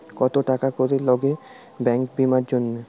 কত টাকা করে লাগে ব্যাঙ্কিং বিমার জন্য?